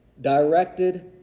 directed